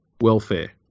welfare